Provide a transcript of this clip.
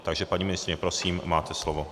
Takže paní ministryně, prosím, máte slovo.